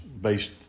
based